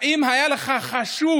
האם היה לך חשוב